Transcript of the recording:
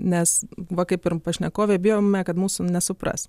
nes va kaip ir pašnekovė bijome kad mūsų nesupras